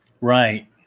Right